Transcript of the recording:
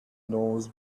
knows